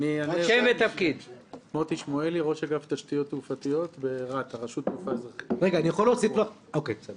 קודם